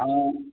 हाँ